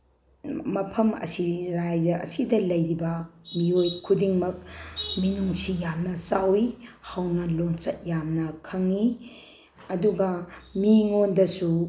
ꯃꯐꯝ ꯑꯁꯤ ꯔꯥꯏꯖ ꯑꯁꯤꯗ ꯂꯩꯔꯤꯕ ꯃꯤꯑꯣꯏ ꯈꯨꯗꯤꯡꯃꯛ ꯃꯤꯅꯨꯡꯁꯤ ꯌꯥꯝꯅ ꯆꯥꯎꯋꯤ ꯍꯧꯅ ꯂꯣꯟꯆꯠ ꯌꯥꯝꯅ ꯈꯪꯉꯤ ꯑꯗꯨꯒ ꯃꯤꯉꯣꯟꯗꯁꯨ